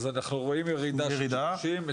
אז אנחנו רואים ירידה של שלושים,